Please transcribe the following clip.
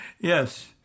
Yes